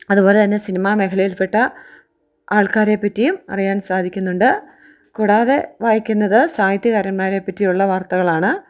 അതുപോല തന്നെ സിനിമാ മേഖലയിൽ പെട്ട ആൾക്കാരെ പറ്റിയും അറിയാൻ സാധിക്കുന്നുണ്ട് കൂടാതെ വായിക്കുന്നത് സാഹിത്യക്കാരന്മാരെ പറ്റിയുള്ള വാർത്തകളാണ്